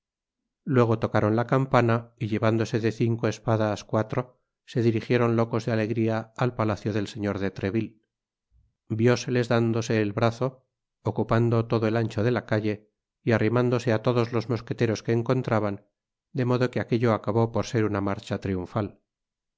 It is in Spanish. luego tocaron la campana y llevándose de cinco espadas cuatro se dirigieron locos de alegría al palacio del señor de treville vüeeles dándose el brazo ocupando todo el ancho de la calle y arrimándose á todos los mosqueteros que encontraban de modo que aquello acabó por ser una marcha triunfal